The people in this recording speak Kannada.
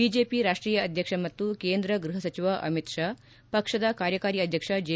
ಬಿಜೆಪಿ ರಾಷ್ಟೀಯ ಅಧ್ಯಕ್ಷ ಮತ್ತು ಕೇಂದ್ರ ಗ್ವಹ ಸಚಿವ ಅಮಿತ್ ಶಾ ಪಕ್ಷದ ಕಾರ್ಯಕಾರಿ ಅಧ್ಯಕ್ಷ ಜೆ